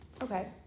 Okay